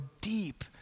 deep